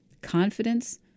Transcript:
confidence